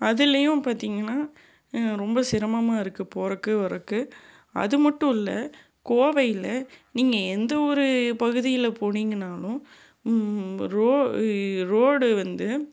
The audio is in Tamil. அதுலேயும் பார்த்திங்கன்னா ரொம்ப சிரமமாக இருக்குது போகிறக்கு வரதுக்கு அது மட்டும் இல்லை கோவையில் நீங்கள் எந்த ஒரு பகுதியில் போனிங்கன்னாலும் ரோ ரோடு வந்து